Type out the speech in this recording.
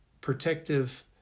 protective